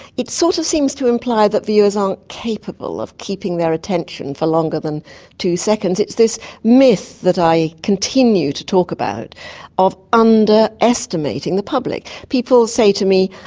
it sort of seems to imply that viewers aren't capable of keeping their attention for longer than two seconds. it's this myth that i continue to talk about of underestimating the public. people will say to me,